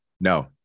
No